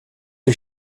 les